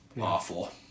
awful